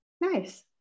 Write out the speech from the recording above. Nice